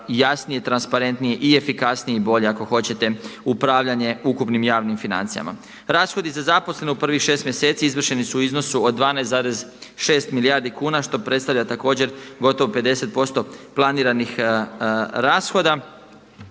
jasnije, transparentnije i efikasnije i bolje ako hoćete upravljanje ukupnim javnim financijama. Rashodi za zaposlene u prvih 6 mjeseci izvršeni su u iznosu 12,6 milijardi kuna što predstavlja također gotovo 50% planiranih rashoda.